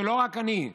"שלא רק אני,